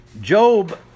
Job